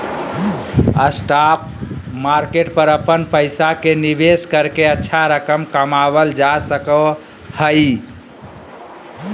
stock market पर अपन पैसा के निवेश करके अच्छा रकम कमावल जा सको हइ